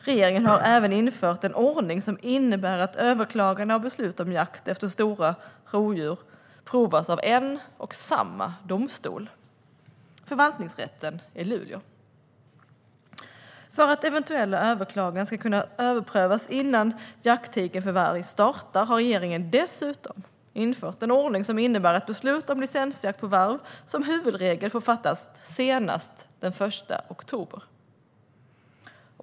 Regeringen har även infört en ordning som innebär att överklaganden av beslut om jakt efter stora rovdjur prövas av en och samma domstol, förvaltningsrätten i Luleå. För att eventuella överklaganden ska kunna överprövas innan jakttiden för varg startar har regeringen dessutom infört en ordning som innebär att beslut om licensjakt på varg som huvudregel får fattas senast den 1 oktober.